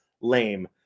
lame